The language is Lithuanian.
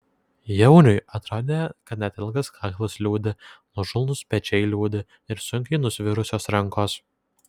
jauniui atrodė kad net ilgas kaklas liūdi nuožulnūs pečiai liūdi ir sunkiai nusvirusios rankos